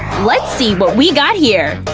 let's see what we got here!